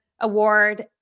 award